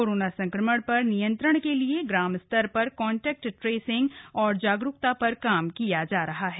corona संक्रमण पर नियंत्रण के लिए ग्राम स्तर तक कॉन्टेक्ट ट्रेसिंग और जागरूकता पर काम किया जा रहा है